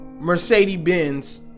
Mercedes-Benz